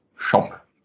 Shop